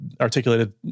articulated